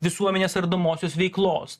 visuomenės ardomosios veiklos